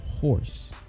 horse